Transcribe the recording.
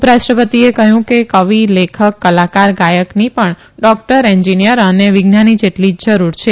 ઉપરાષ્ટ્રપતિએ કહયું કે કવિ લેખક કલાકાર ગાયકની પણ ડોકટર એન્જીનીયર અને વિજ્ઞાની જેટલી જ જરૂર છે